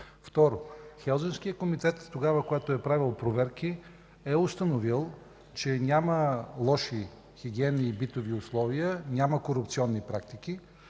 Второ, Хелзинкският комитет, когато е правил проверки, е установил, че няма лоши хигиенни и битови условия, няма корупционни практики.